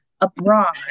abroad